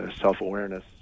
self-awareness